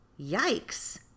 yikes